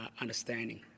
understanding